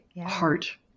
heart